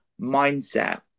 mindset